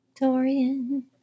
Dorian